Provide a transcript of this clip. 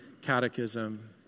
Catechism